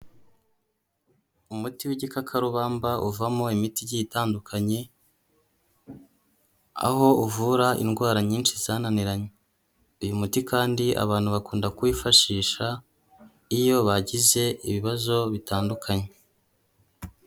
Umuti w'igikakarubamba uvamo imiti igiye itandukanye, aho uvura indwara nyinshi zananiranye, uyu muti kandi abantu bakunda kuwifashisha iyo bagize ibibazo bitandukanye.